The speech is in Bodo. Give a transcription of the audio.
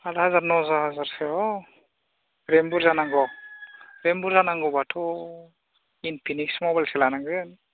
सात हाजार न' हाजारसोआव रेम बुरजा नांगौ रेम बुरजा नांगौबाथ' इनफिनिक्स मबाइलसो लानांगोन